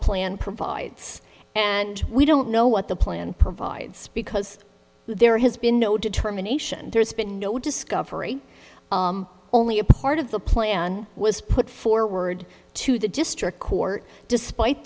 plan provides and we don't know what the plan provides because there has been no determination there's been no discovery only a part of the plan was put forward to the district court despite